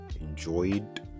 enjoyed